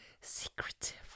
secretive